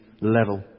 level